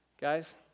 Guys